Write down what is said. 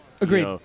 Agreed